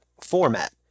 format